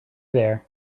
there